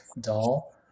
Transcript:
Doll